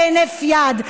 בהינף יד,